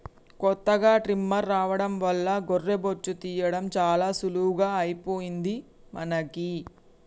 కొత్తగా ట్రిమ్మర్ రావడం వల్ల గొర్రె బొచ్చు తీయడం చాలా సులువుగా అయిపోయింది మనకి